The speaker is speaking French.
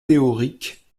théorique